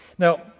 Now